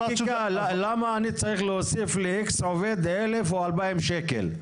למה אני צריך להוסיף לאיקס עובד אלף או ארבעים שקל?